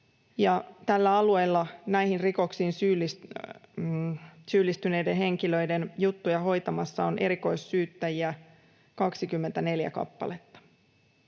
tällä alueella näihin rikoksiin syyllistyneiden henkilöiden juttuja hoitamassa on erikoissyyttäjiä 24 kappaletta.